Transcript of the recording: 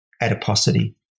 adiposity